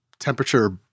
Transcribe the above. temperature